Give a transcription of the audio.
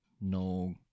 no